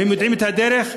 והם יודעים את הדרך,